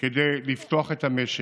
כדי לפתוח את המשק.